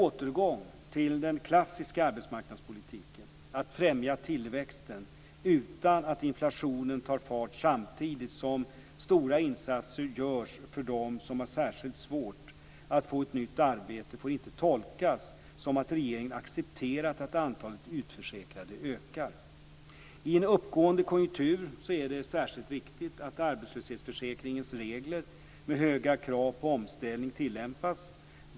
Återgången till den klassiska arbetsmarknadspolitiken, att främja tillväxten utan att inflationen tar fart samtidigt som stora insatser görs för dem som har särskilt svårt att få ett nytt arbete, får inte tolkas som att regeringen accepterat att antalet utförsäkrade ökar. I en uppåtgående konjunktur är det särskilt viktigt att arbetslöshetsförsäkringens regler med höga krav på omställning tillämpas.